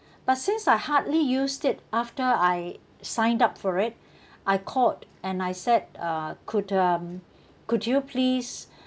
but since I hardly used it after I signed up for it I called and I said uh could um could you please